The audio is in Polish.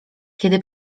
kiedy